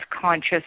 conscious